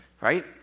Right